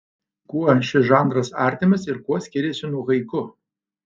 kuo šis žanras artimas ir kuo skiriasi nuo haiku